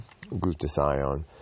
glutathione